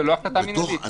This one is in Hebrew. בתוך הנימוקים?